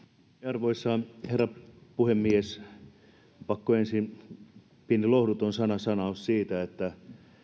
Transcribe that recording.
arvoisa herra puhemies pakko ensin pieni lohduton sana sanoa siitä että